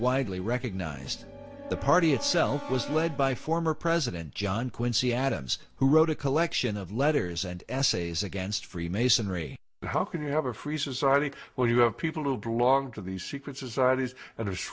widely recognized the party itself was led by former president john quincy adams who wrote a collection of letters and essays against freemasonry how can you have a free society where you have people who belong to these secret societ